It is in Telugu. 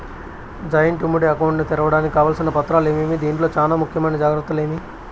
జాయింట్ ఉమ్మడి అకౌంట్ ను తెరవడానికి కావాల్సిన పత్రాలు ఏమేమి? దీంట్లో చానా ముఖ్యమైన జాగ్రత్తలు ఏమి?